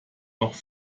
noch